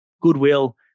goodwill